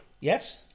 Yes